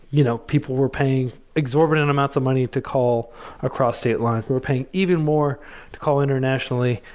you know people were paying exorbitant amounts of money to call across state lines. and we're paying even more to call internationally.